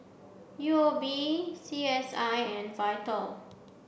U O B C S I and VITAL